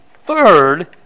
Third